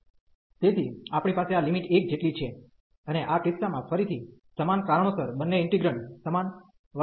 તેથી આપણી પાસે આ લિમિટ 1 જેટલી છે અને આ કિસ્સામાં ફરીથી સમાન કારણોસર બંને ઈન્ટિગ્રેન્ડ સમાન વર્તશે